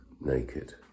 naked